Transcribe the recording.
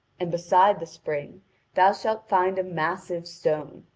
and beside the spring thou shalt find a massive stone,